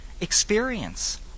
experience